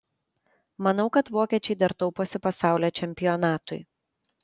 manau kad vokiečiai dar tauposi pasaulio čempionatui